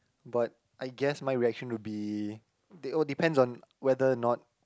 but I guess my reaction would be they all depends on whether or not